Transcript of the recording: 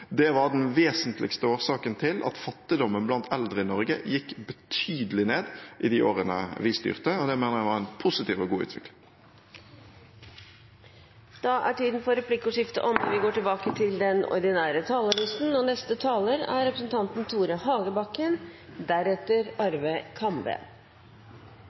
Det var den vesentligste årsaken til at fattigdommen blant eldre i Norge gikk betydelig ned i de årene vi styrte. Jeg mener det var en positiv og god utvikling. Replikkordskiftet er omme. Forskjellene mellom folk i Norge blir større, det har blitt verre å være arbeidsledig, og ledigheten er den høyeste på over 20 år – 127 000 mennesker er